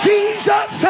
Jesus